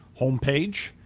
homepage